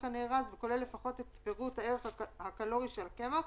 הנארז וכולל לפחות את פירוט הערך הקלורי של הקמח,